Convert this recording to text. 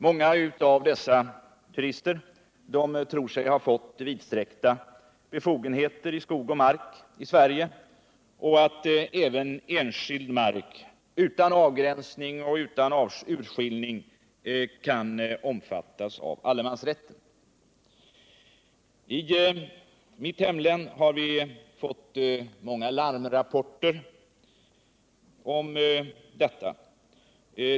Många av dessa turister tror sig ha fått vidsträckta befogenheter i skog och mark i Sverige och tror att även enskild mark, utan avgränsning och utan urskillning, kan omfattas av allemansrätten. I mitt hemlän har vi fått många larmrapporter om detta.